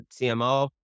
cmo